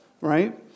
Right